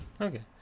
Okay